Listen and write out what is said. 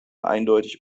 eindeutig